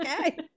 okay